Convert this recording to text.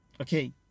Okay